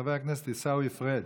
חבר הכנסת עיסאווי פריג',